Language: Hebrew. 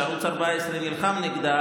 שערוץ 14 נלחם נגדה,